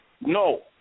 no